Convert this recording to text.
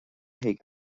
chuig